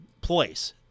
place